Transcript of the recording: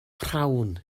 rhawn